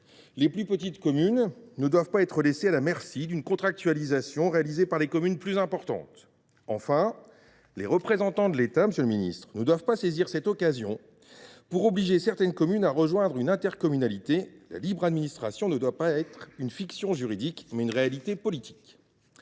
Les plus petites communes ne doivent pas être laissées à la merci d’une contractualisation réalisée par les communes de plus grande taille. Les représentants de l’État, monsieur le ministre, ne doivent pas non plus saisir cette occasion pour obliger certaines communes à rejoindre une intercommunalité. La libre administration doit être non pas une fiction juridique, mais une réalité politique.